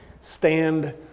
Stand